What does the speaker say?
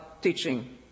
teaching